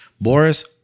Boris